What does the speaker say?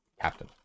Captain